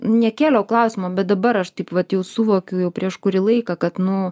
nekėliau klausimo bet dabar aš taip vat jau suvokiau jau prieš kurį laiką kad nu